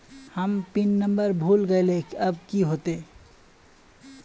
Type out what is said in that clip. हम pin number भूल गलिऐ अब की होते?